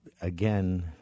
again